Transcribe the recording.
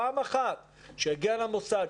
פעם אחת שיגיע למוסד,